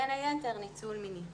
בין היתר לניצול מיני.